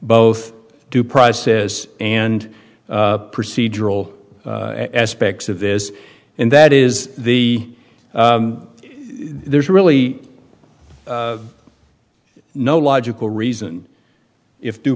both due process and procedural aspects of this and that is the there's really no logical reason if due